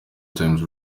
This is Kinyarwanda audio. times